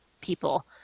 people